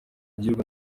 gihugu